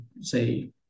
say